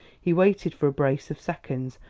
he waited for a brace of seconds,